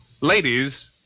Ladies